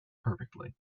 perfectly